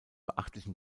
beachtlichen